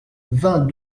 vingt